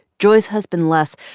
joy's husband, les,